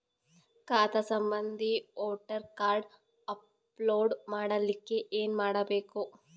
ಖಾತಾ ಸಂಬಂಧಿ voter card upload ಮಾಡಲಿಕ್ಕೆ ಏನ ಮಾಡಬೇಕು?